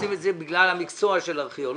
עושים את זה בגלל המקצוע של הארכיאולוגיה,